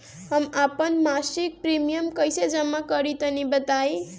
हम आपन मसिक प्रिमियम कइसे जमा करि तनि बताईं?